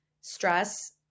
stress